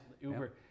Uber